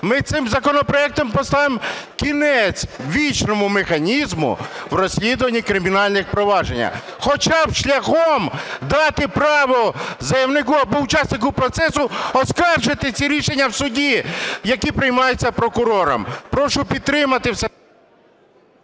Ми цим законопроектом поставимо кінець вічному механізму в розслідуванні кримінальних проваджень. Хоча б шляхом дати право заявнику або учаснику процесу оскаржити ці рішення в суді, які приймаються прокурором. Прошу підтримати.